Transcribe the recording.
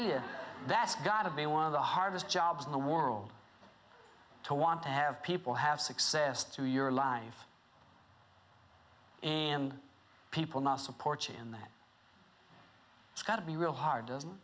you that's got to be one of the hardest jobs in the world to want to have people have success through your life and people now support in that it's got to be real hard